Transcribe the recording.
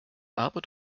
aber